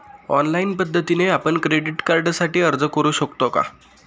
Online पद्धतीने आपण credit कार्डसाठी अर्ज करु शकतो का?